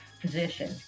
position